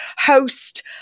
host